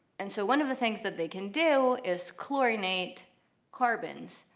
and so one of the things that they can do is chlorinate carbons,